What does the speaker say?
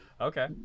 Okay